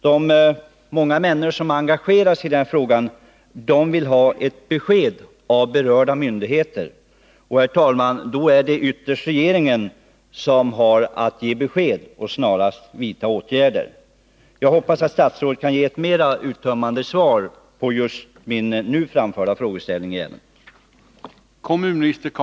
De som har engagerat sig i den här frågan vill ha ett besked av berörda myndigheter. Det är då, herr talman, ytterst regeringen som har att ge besked och att snarast vidta åtgärder. Jag hoppas att statsrådet kan ge ett mera uttömmande svar på min nu framförda fråga i ärendet.